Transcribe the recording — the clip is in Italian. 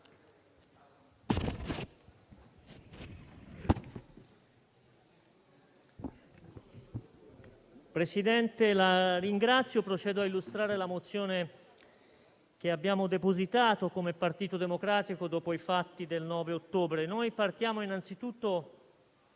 Presidente, procedo a illustrare la mozione n. 422, che abbiamo depositato come Partito Democratico dopo i fatti del 9 ottobre. Noi partiamo innanzitutto